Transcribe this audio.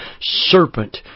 serpent